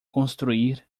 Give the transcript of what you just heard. construir